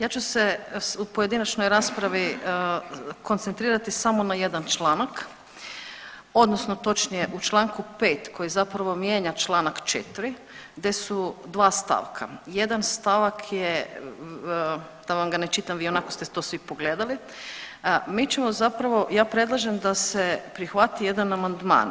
Ja ću se u pojedinačnoj raspravi koncentrirati samo na jedan članak odnosno točnije u čl. 5. koji zapravo mijenja čl. 4. gdje su dva stavka, jedan stavak je, da vam ga ne čitam vi ionako ste to svi pogledali, mi ćemo zapravo, ja predlažem da se prihvati jedan amandman.